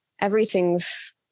everything's